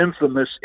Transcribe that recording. infamous